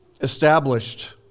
established